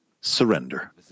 surrender